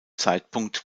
zeitpunkt